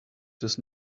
des